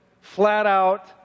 flat-out